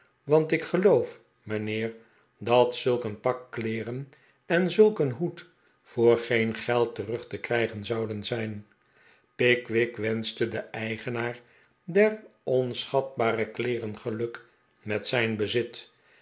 want ik geloof mijnheer dat zulk een pak kleeren en zulk een hoed voor geen geld terug te krijgen zouden zijn pickwick wenschte den eigenaar der onschatbare kleeren geluk met zijn bezit